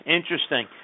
interesting